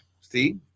See